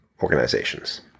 organizations